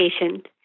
patient